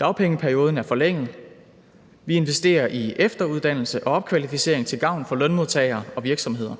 Dagpengeperioden er forlænget. Vi investerer i efteruddannelse og opkvalificering til gavn for lønmodtagere og virksomheder,